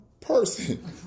person